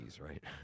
right